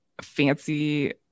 fancy